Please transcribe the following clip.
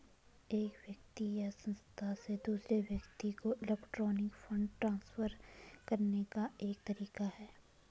एक व्यक्ति या संस्था से दूसरे व्यक्ति को इलेक्ट्रॉनिक फ़ंड ट्रांसफ़र करने का एक तरीका है